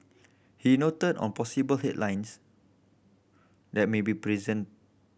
he noted on possible head lines that may be present